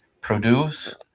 produce